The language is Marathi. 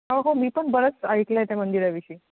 हो हो मी पण बरंच ऐकलं आहे त्या मंदिराविषयी